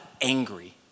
angry